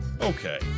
Okay